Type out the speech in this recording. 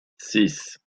six